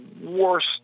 worst